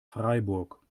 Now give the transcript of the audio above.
freiburg